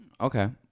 Okay